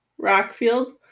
Rockfield